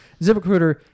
ZipRecruiter